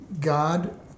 God